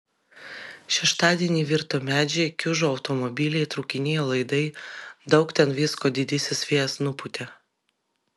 šeštadienį virto medžiai kiužo automobiliai trūkinėjo laidai daug ten visko didysis vėjas nupūtė